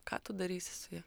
ką tu darysi su ja